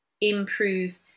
improve